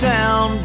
Down